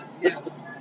Yes